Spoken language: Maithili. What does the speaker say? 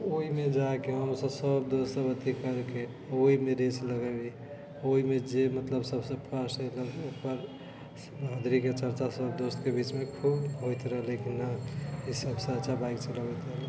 ओहिमे जाकऽ हमसब सब दोस्तसब अथी करिके ओहिमे रेस लगाबी ओहिमे जे मतलब सबसँ फास्ट अएलक ओकर बहादुरीके चर्चा सब दोस्तके बीचमे खूब होइत रहलै कोना ओ सबसँ अच्छा बाइक चलाबैत रहलै